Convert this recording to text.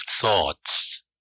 thoughts